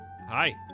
Hi